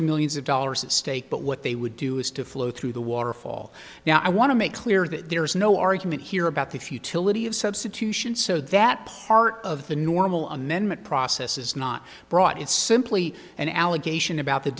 of millions of dollars at stake but what they would do is to flow through the waterfall now i want to make clear that there is no argument here about the futility of substitution so that part of the normal amendment process is not brought it's simply an allegation about the